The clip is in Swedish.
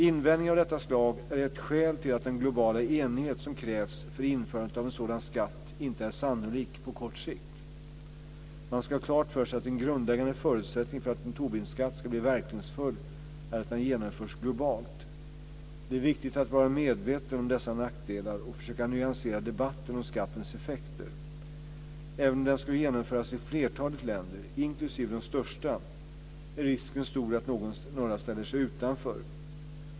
Invändningar av detta slag är ett skäl till att den globala enighet som krävs för införandet av en sådan skatt inte är sannolik på kort sikt. Man ska ha klart för sig att en grundläggande förutsättning för att en Tobinskatt ska bli verkningsfull är att den genomförs globalt. Det är viktigt att vara medveten om dessa nackdelar och försöka nyansera debatten om skattens effekter. Även om den skulle genomföras i flertalet länder, inklusive de största, är risken stor att några ställer sig utanför.